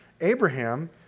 Abraham